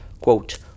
quote